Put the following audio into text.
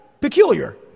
peculiar